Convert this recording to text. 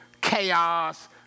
chaos